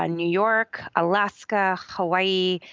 ah new york, alaska, hawaii,